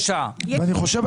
ואני חושב,